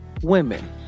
women